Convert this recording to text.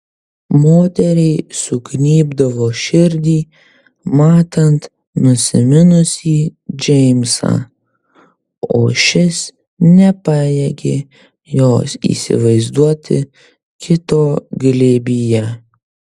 moteriai sugnybdavo širdį matant nusiminusį džeimsą o šis nepajėgė jos įsivaizduoti kito glėbyje